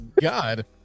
God